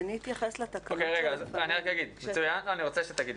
אני רק אגיד, ואז אני רוצה שתגידי.